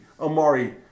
Amari